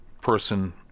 person